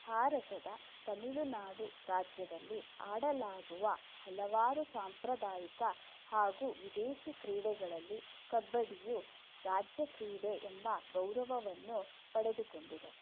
ಭಾರತದ ತಮಿಳುನಾಡು ರಾಜ್ಯದಲ್ಲಿ ಆಡಲಾಗುವ ಹಲವಾರು ಸಾಂಪ್ರದಾಯಿಕ ಹಾಗೂ ವಿದೇಶಿ ಕ್ರೀಡೆಗಳಲ್ಲಿ ಕಬ್ಬಡಿಯು ರಾಜ್ಯಕ್ರೀಡೆ ಎಂಬ ಗೌರವವನ್ನು ಪಡೆದುಕೊಂಡಿದೆ